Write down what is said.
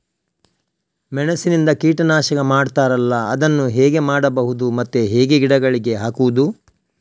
ಮೆಣಸಿನಿಂದ ಕೀಟನಾಶಕ ಮಾಡ್ತಾರಲ್ಲ, ಅದನ್ನು ಹೇಗೆ ಮಾಡಬಹುದು ಮತ್ತೆ ಹೇಗೆ ಗಿಡಗಳಿಗೆ ಹಾಕುವುದು?